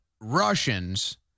Russians